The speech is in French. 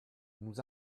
nous